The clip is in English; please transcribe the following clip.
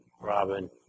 Robin